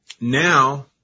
Now